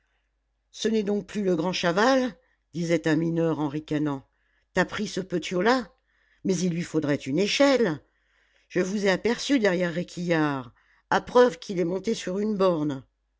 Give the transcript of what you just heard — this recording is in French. ce n'est donc plus le grand chaval disait un mineur en ricanant t'as pris ce petiot là mais lui faudrait une échelle je vous ai aperçus derrière réquillart a preuve qu'il est monté sur une borne